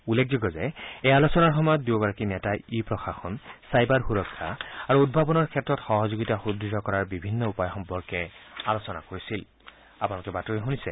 উল্লেখযোগ্য যে এই আলোচনাৰ সময়ত দুয়োগৰাকী নেতাই ই প্ৰশাসন ছাইবাৰ সুৰক্ষা আৰু উদ্ভাৱনৰ ক্ষেত্ৰত সহযোগিতা সুদৃঢ় কৰাৰ বিভিন্ন উপায় সম্পৰ্কে আলোচনা কৰিছিল